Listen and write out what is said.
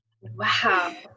wow